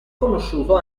conosciuto